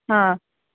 ಹಾಂ